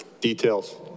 Details